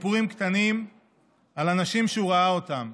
סיפורים קטנים על אנשים שהוא ראה אותם,